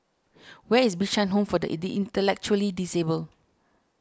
where is Bishan Home for the Intellectually Disabled